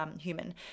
human